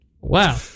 Wow